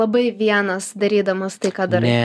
labai vienas darydamas tai ką darai